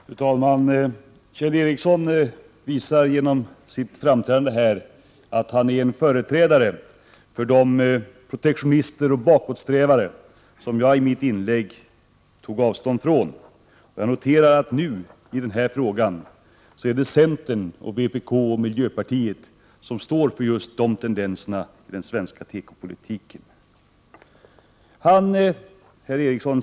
Fru talman! Kjell Ericsson visar genom sitt framträdande här att han är en företrädare för de protektionister och bakåtsträvare som jag i mitt inlägg tog avstånd från. Jag noterar att det är centern, vpk och miljöpartiet som nu står för just de tendenserna i den svenska tekopolitiken.